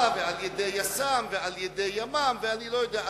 ועל-ידי יס"מ ועל-ידי ימ"מ ואני לא יודע,